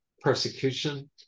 persecution